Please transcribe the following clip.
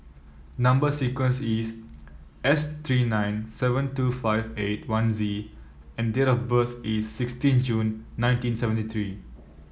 number sequence is S three nine seven two five eight one Z and date of birth is sixteen June nineteen seventy three